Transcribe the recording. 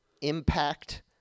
impact